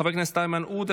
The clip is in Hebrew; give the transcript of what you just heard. חבר הכנסת איימן עודה,